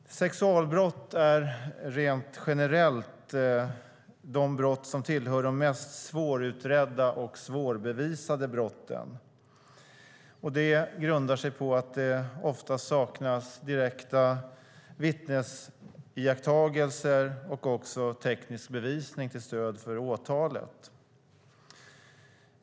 Herr talman! Sexualbrott tillhör rent generellt de brott som är mest svårutredda och svårbevisade. Det grundar sig på att det ofta saknas direkta vittnesiakttagelser och teknisk bevisning till stöd för åtal.